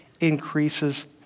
increases